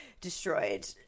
destroyed